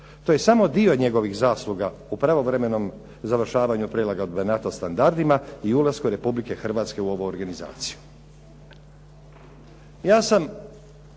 To je samo dio njegovih zasluga u pravovremenu završavanju prilagodbe NATO standardima i ulasku Republike Hrvatske u ovu organizaciju.